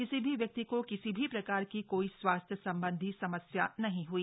किसी भी व्यक्ति को किसी भी प्रकार की कोई स्वास्थ्य संबंधी समस्या नहीं हुई